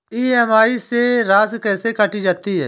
EMI में राशि कैसे काटी जाती है?